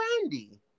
Brandy